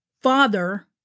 Father